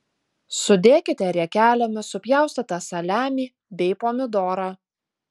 sudėkite riekelėmis supjaustytą saliamį bei pomidorą